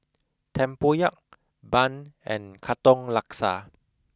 tempoyak Bun and katong laksa